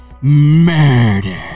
Murder